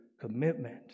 commitment